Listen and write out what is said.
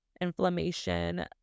inflammation